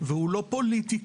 והוא לא פוליטיקה,